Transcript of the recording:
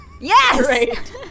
Yes